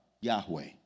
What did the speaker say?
Yahweh